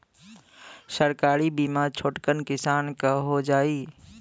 सरकारी बीमा छोटकन किसान क हो जाई?